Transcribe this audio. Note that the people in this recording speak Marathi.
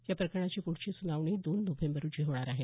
या प्रकरणाची पुढची सुनावणी दोन नोव्हेंबर रोजी होणार आहे